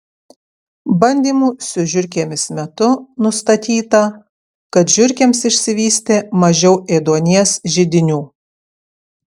bandymų su žiurkėmis metu nustatyta kad žiurkėms išsivystė mažiau ėduonies židinių